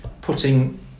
putting